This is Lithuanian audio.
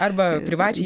arba privačiai